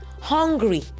hungry